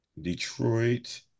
Detroit